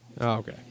okay